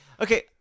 Okay